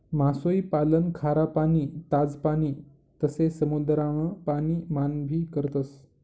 मासोई पालन खारा पाणी, ताज पाणी तसे समुद्रान पाणी मान भी करतस